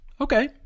Okay